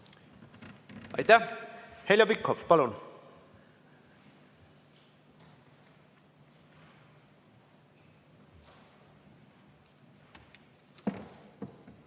Aitäh! Heljo Pikhof, palun!